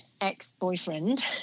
ex-boyfriend